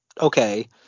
okay